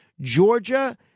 Georgia